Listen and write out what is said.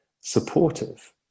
supportive